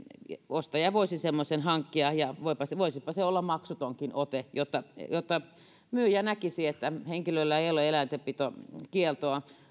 ostaja voisi semmoisen hankkia ja voisipa se voisipa se olla maksutonkin ote jotta jotta myyjä näkisi että henkilöllä ei ole eläintenpitokieltoa